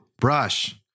Brush